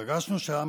פגשנו שם